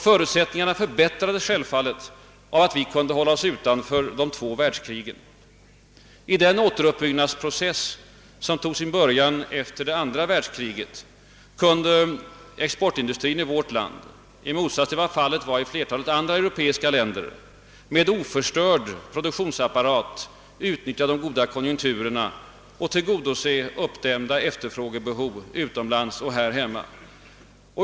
Förutsättningarna förbättrades självfallet av att vi kunde hålla oss utanför de två världskrigen. I den återuppbyggnadsprocess som tog sin början efter det andra världskriget kunde exportindustrin i vårt land, i motsats till vad fallet var i flertalet andra europeiska länder, med oförstörd produktionsapparat utnyttja de goda konjunkturerna och tillgodose uppdämda efterfrågebehov utomlands och här hemma.